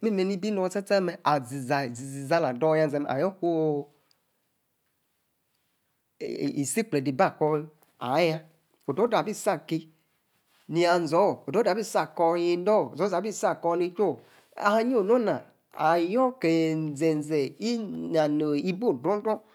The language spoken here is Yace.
memer, ni-ebi, eno, sta-sta mer, azi-za, ala dor, nia-zee mer, ayor ku-isi-ikplede ibi akor, ayah, odor-dor ali, abi-isi, aki nia-zor, abi-si aku, ye-ende-orr, odor-dor abi-isi akor, neclu, ah, yie onor-na ayor ke-ezezee, ina, nebi odor-dor.